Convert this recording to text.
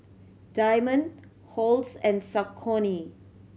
Diamond Halls and Saucony